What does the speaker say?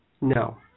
No